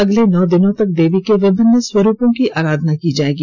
अगले नौ दिनों तक देवी के विभिन्न स्वरूपों की आराधना की जाएगी